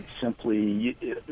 simply